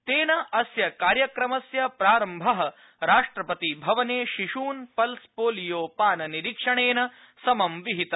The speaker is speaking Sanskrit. तेन अस्य कार्यक्रमस्य प्रारम्भ राष्ट्रपतिभवने शिश्न् पल्सपोलियोपाननिरीक्षणेन समं विहित